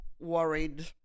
worried